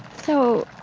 so,